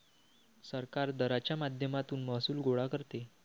सरकार दराच्या माध्यमातून महसूल गोळा करते